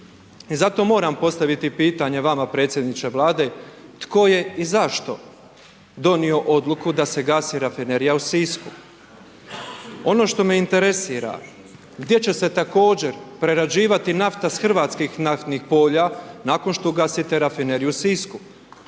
zato moram postaviti pitanje vama predsjedniče Vlade tko je i zašto donio odluku da se gasi Rafinerija u Sisku. Ono što me interesira, gdje će se također prerađivati nafta s hrvatskih naftnih polja nakon što ugasite Rafineriju u Sisku.